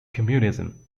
communism